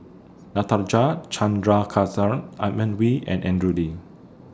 Natarajan Chandrasekaran Edmund Wee and Andrew Lee